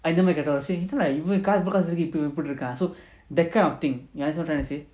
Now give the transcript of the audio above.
இந்தமாதிரி:indha madhiri see it's not like even car இப்டிஇருக்கான்:ipdi irukan so that kind of thing you understand what I'm trying to say